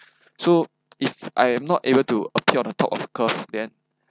so if I am not able to appear on top of curve then